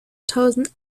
tausend